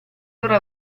loro